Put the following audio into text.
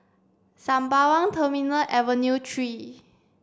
Sembawang Terminal Avenue three